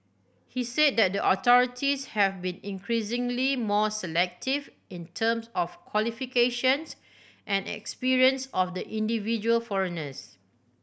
he said that the authorities have been increasingly more selective in terms of qualifications and experience of the individual foreigners